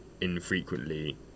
infrequently